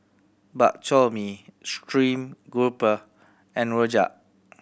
Bak Chor Mee stream grouper and rojak